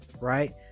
right